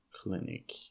clinic